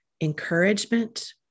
encouragement